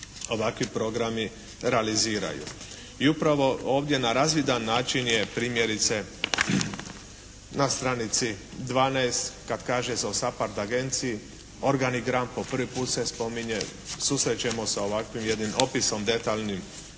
ovakvi programi realiziraju. I upravo ovdje na razvidan način je primjerice na stranici 12. kad kaže se o SAPARD agenciji "organigram" po prvi put se spominje, susrećemo sa ovakvim jednim opisom detaljnim